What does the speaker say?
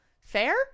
fair